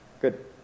Good